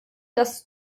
dass